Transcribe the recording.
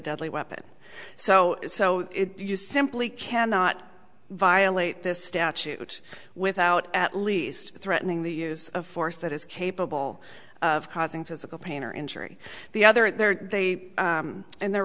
deadly weapon so so you simply cannot violate this statute without at least threatening the use of force that is capable of causing physical pain or injury the other there they and the